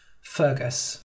Fergus